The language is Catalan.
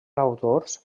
autors